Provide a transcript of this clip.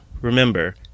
Remember